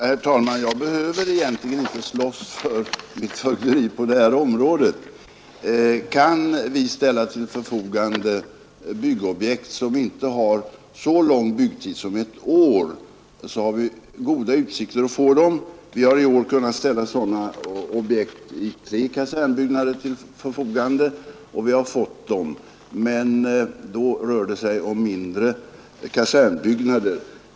Herr talman! Jag behöver egentligen inte slåss för mitt fögderi på detta område. Kan vi ställa till förfogande byggobjekt som inte har så lang byggtid som ett är har vi goda utsikter att få dem genomförda. Vi har i är kunnat ställa sådana objekt i tre kasernbyggnader till förfogande, och vi har också fätt dessa beviljade. Men därvid rör det sig om mindre kasernbyggnader.